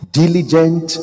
diligent